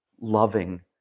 loving